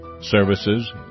services